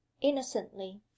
innocently